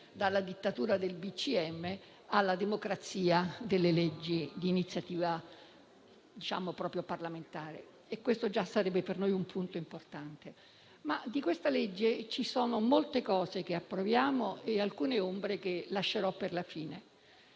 dalla dittatura del DPCM alla democrazia dei disegni di legge di iniziativa parlamentare. E questo già sarebbe per noi un punto importante, ma di questa legge ci sono molti aspetti che approviamo e alcune ombre che lascerò per la fine.